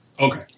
Okay